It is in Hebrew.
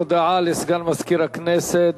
הודעה לסגן מזכיר הכנסת.